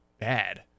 bad